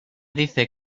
dice